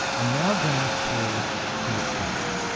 i'm now going to do it faster.